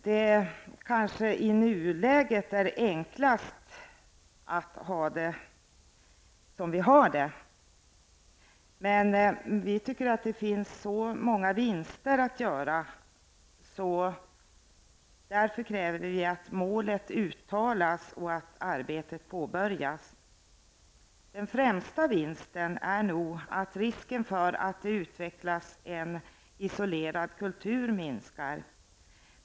I nuläget är det kanske enklast att ha nuvarande ordning. Men vi tycker att det finns så många vinster att göra. Därför kräver vi att målet uttalas och att arbetet påbörjas. Den främsta vinsten är nog att risken för att det utvecklas en isolerad kultur minskar.